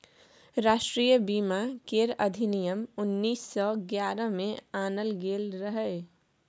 राष्ट्रीय बीमा केर अधिनियम उन्नीस सौ ग्यारह में आनल गेल रहे